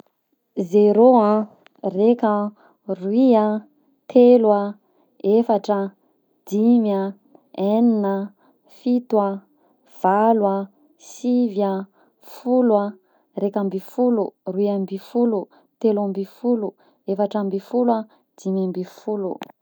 Zero a, reka, roy a, telo a, efatra a, dimy a, enina a, fito a, valo a, sivy a, folo a, raiky amby folo, roy amby folo, telo amby folo, efatra amby folo, dimy amby folo.